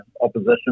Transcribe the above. opposition